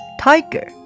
tiger